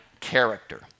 character